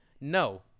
No